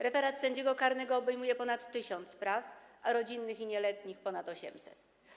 Referat sędziego karnego obejmuje ponad 1000 spraw, a rodzinnych i nieletnich - ponad 800.